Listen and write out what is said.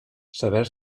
saber